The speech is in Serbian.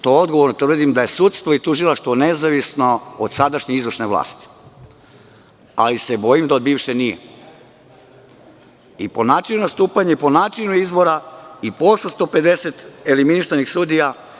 To odgovorno tvrdim, da je sudstvo i tužilaštvo nezavisno od sadašnje izvršne vlasti, ali se bojim da od bivše nije, i po načinu nastupanja i po načinu izbora i po 850 eliminisanih sudija.